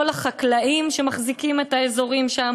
לא לחקלאים שמחזיקים את האזורים שם